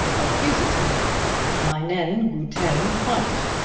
accusative meinen guten freund,